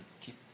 keep